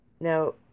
Now